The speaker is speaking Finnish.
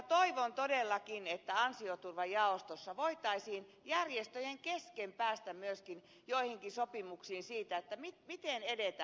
toivon todellakin että ansioturvajaostossa voitaisiin järjestöjen kesken päästä myöskin joihinkin sopimuksiin siitä miten edetään